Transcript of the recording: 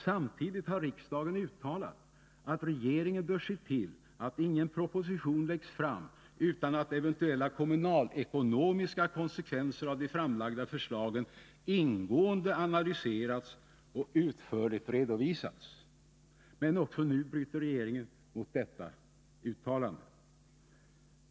Samtidigt har riksdagen uttalat att regeringen bör se till att ingen proposition läggs fram utan att eventuella kommunalekonomiska konsekvenser av de framlagda förslagen ingående analyserats och utförligt redovisats. Men också nu bryter regeringen mot detta uttalande.